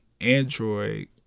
android